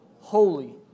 Holy